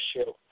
issue